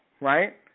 right